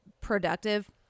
productive